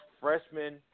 freshman